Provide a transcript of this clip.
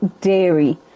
dairy